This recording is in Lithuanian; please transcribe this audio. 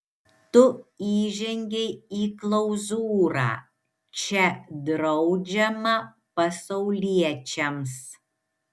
tu įžengei į klauzūrą čia draudžiama pasauliečiams